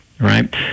right